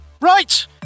Right